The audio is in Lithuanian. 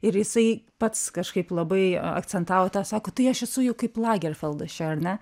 ir jisai pats kažkaip labai akcentavo tą sako tai aš esu juk kaip lagerfeldas čia ar ne